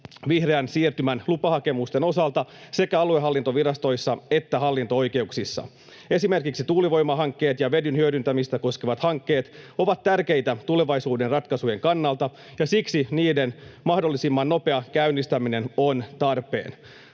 vihreän siirtymän lupahakemusten osalta sekä aluehallintovirastoissa että hallinto-oikeuksissa. Esimerkiksi tuulivoimahankkeet ja vedyn hyödyntämistä koskevat hankkeet ovat tärkeitä tulevaisuuden ratkaisujen kannalta, ja siksi niiden mahdollisimman nopea käynnistäminen on tarpeen.